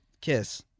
kiss